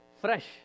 fresh